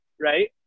right